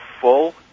full